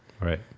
right